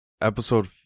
episode